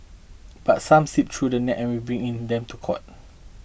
but some slip through the net and we bringing them to court